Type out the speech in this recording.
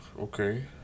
okay